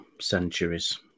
centuries